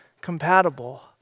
compatible